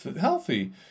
healthy